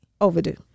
overdue